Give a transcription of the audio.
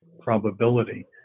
probability